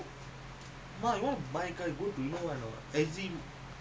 but I must still use my car